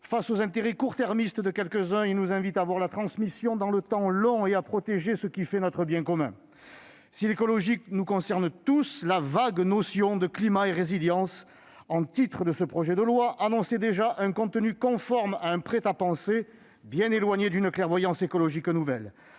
Face aux intérêts court-termistes de quelques-uns, il nous invite à voir la transmission dans le temps long et à protéger ce qui fait notre bien commun. Si l'écologie nous concerne tous, la vague notion de climat et résilience en titre de ce projet de loi annonçait déjà un contenu conforme à un prêt-à-penser bien éloigné d'une clairvoyance écologique nouvelle.